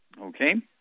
Okay